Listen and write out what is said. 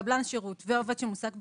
קבלן שירות ועובד שמועסק בחצרים,